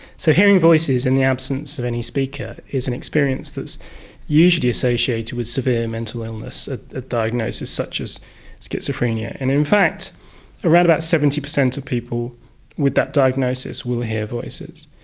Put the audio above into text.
so hearing voices in the absence of any speaker is an experience that is usually associated with severe mental illness a diagnosis such as schizophrenia. and in fact around about seventy percent of people with that diagnosis will hear voices.